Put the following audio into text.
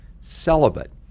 celibate